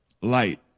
light